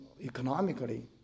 economically